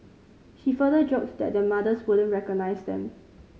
she further joked that their mothers wouldn't recognise them